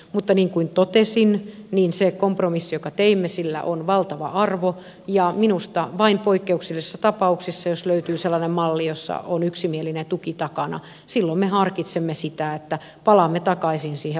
mutta niin kuin totesin sillä kompromissilla jonka teimme on valtava arvo ja minusta vain poikkeuksellisissa tapauksissa jos löytyy sellainen malli jossa on yksimielinen tuki takana me harkitsemme sitä että palaamme takaisin alkuperäiseen